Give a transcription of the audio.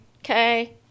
okay